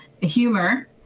humor